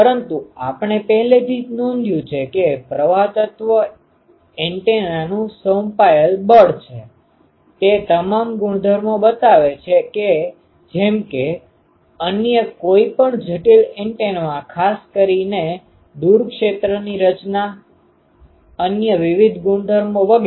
પરંતુ આપણે પહેલેથી જ નોંધ્યું છે કે પ્રવાહ તત્વ એન્ટેનાનું સોંપાયેલ બળ છે તે તમામ ગુણધર્મો બતાવે છે જેમ કે અન્ય કોઈપણ જટિલ એન્ટેનામાં ખાસ કરીને દૂર ક્ષેત્રની રચના અન્ય વિવિધ ગુણધર્મો વગેરે